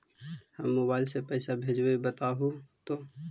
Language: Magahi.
हम मोबाईल से पईसा भेजबई बताहु तो?